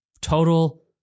total